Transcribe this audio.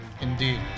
Indeed